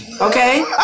Okay